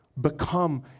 become